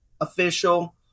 official